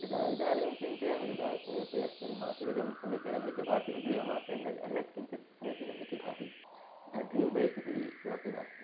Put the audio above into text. यदा इदानीं चिन्तयामि तदा किमपि अस्मिन् मासे इदं समीचीनम् इति भाति अग्रिममासे अन्यद् अन्यत् किञ्चित् समीचीनम् इति भाति अतः ड्रीम् बैक् इति किमपि नास्ति